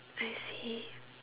I see